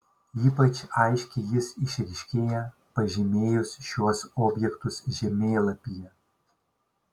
ypač aiškiai jis išryškėja pažymėjus šiuos objektus žemėlapyje